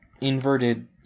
inverted